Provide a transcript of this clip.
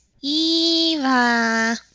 Eva